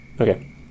okay